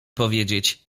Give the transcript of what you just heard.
powiedzieć